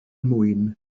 mwyn